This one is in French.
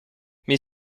mais